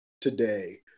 today